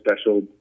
special